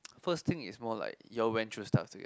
first thing is more like you all went through stuff together